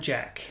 Jack